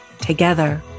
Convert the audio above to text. together